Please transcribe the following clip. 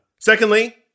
Secondly